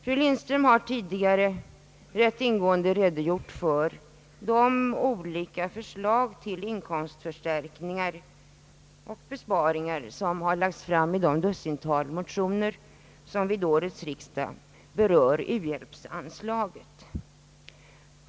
Fru Lindström har tidigare rätt ingående redogjort för de olika förslag till inkomstförstärkningar och besparingar, som har lagts fram i det dussintal motioner som vid årets riksdag berör u-hjälpsanslagen.